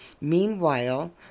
Meanwhile